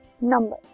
number